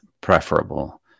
preferable